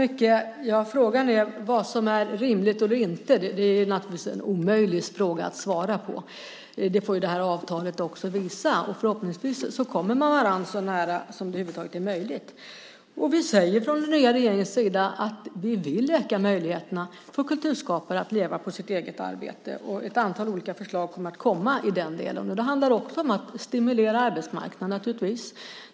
Herr talman! Vad som är rimligt eller inte är naturligtvis en omöjlig fråga att svara på. Det får avtalet visa. Förhoppningsvis kommer man varandra så nära som det över huvud taget är möjligt. Från den nya regeringens sida säger vi att vi vill öka möjligheterna för kulturskapare att leva på sitt eget arbete. Ett antal olika förslag kommer i den delen. Det handlar också om att stimulera arbetsmarknaden.